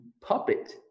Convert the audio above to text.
puppet